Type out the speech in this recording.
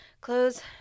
close